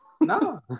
No